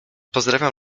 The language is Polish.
pozdrawiam